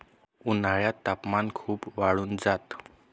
उन्हाळ्यात तापमान खूप वाढून जात